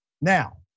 Now